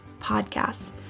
podcast